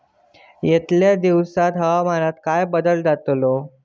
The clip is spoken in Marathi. यतल्या दिवसात हवामानात काय बदल जातलो?